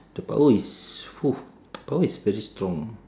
the power is power is very strong